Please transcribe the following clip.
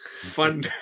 fun